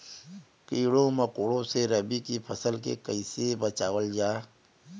कीड़ों मकोड़ों से रबी की फसल के कइसे बचावल जा?